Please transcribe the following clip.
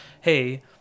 hey